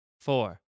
Four